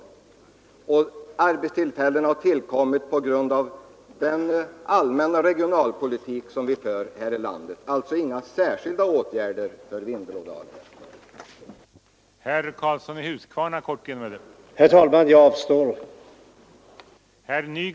De 1 300 arbetstillfällena har tillkommit på grund av den allmänna regionalpolitik som vi för här i landet. Det har alltså inte varit fråga om några särskilda åtgärder för Vindelådalen, där sysselsättningsutvecklingen är negativ.